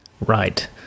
Right